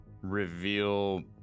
reveal